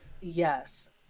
Yes